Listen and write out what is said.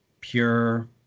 pure